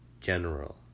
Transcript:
general